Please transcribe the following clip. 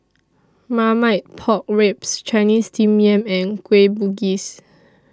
Marmite Pork Ribs Chinese Steamed Yam and Kueh Bugis